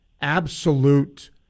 absolute